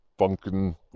funkin